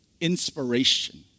inspiration